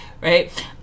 right